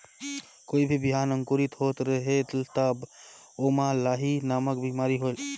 कोई भी बिहान अंकुरित होत रेहेल तब ओमा लाही नामक बिमारी होयल?